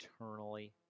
eternally